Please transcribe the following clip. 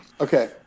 okay